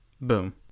Boom